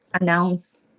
announce